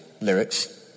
lyrics